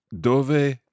dove